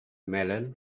melon